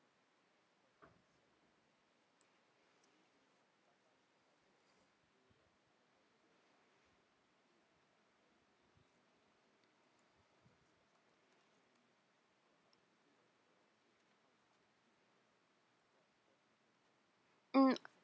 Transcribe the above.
mm